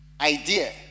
idea